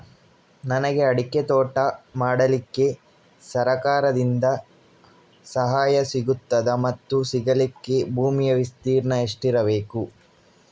ನನಗೆ ಅಡಿಕೆ ತೋಟ ಮಾಡಲಿಕ್ಕೆ ಸರಕಾರದಿಂದ ಸಹಾಯ ಸಿಗುತ್ತದಾ ಮತ್ತು ಸಿಗಲಿಕ್ಕೆ ಭೂಮಿಯ ವಿಸ್ತೀರ್ಣ ಎಷ್ಟು ಇರಬೇಕು?